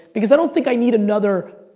because i don't think i need another,